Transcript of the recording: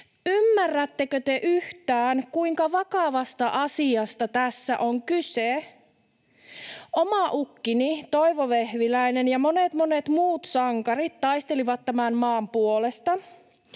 Ymmärrättekö te yhtään, kuinka vakavasta asiasta tässä on kyse? Oma ukkini Toivo Vehviläinen ja monet, monet muut sankarit taistelivat tämän maan puolesta.